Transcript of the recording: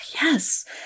Yes